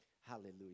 Hallelujah